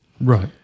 Right